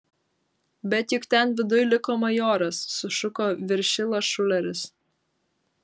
bet juk ten viduj liko majoras sušuko viršila šuleris